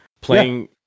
playing